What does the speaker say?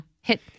hit